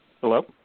Hello